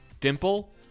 dimple